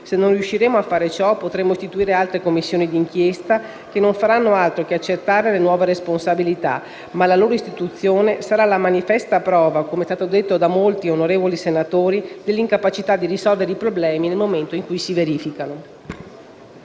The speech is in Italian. Se non riusciremo a fare ciò, potremo istituire altre Commissioni di inchiesta che non faranno altro che accertare le nuove responsabilità, ma la loro istituzione sarà solo la manifesta prova - come è stato detto da molti autorevoli senatori - dell'incapacità di risolvere i problemi nel momento in cui si verificano.